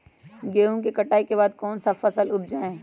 गेंहू के कटाई के बाद कौन सा फसल उप जाए?